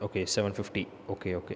okay seven fifty okay okay